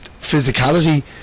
physicality